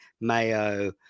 Mayo